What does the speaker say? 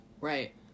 Right